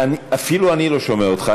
אפילו אני לא שומע אותך.